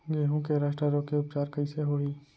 गेहूँ के रस्ट रोग के उपचार कइसे होही?